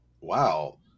Wow